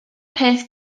peth